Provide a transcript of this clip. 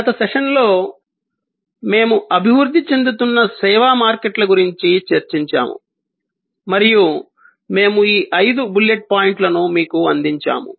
గత సెషన్లో మనము అభివృద్ధి చెందుతున్న సేవా మార్కెట్ల గురించి చర్చించాము మరియు మనము ఈ ఐదు బుల్లెట్ పాయింట్లను మీకు అందించాము